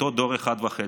אותו דור אחת וחצי,